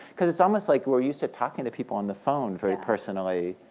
because it's almost like we're used to talking to people on the phone very personally,